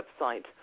website